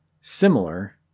similar